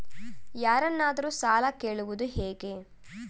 ಯಾರನ್ನಾದರೂ ಸಾಲ ಕೇಳುವುದು ಹೇಗೆ?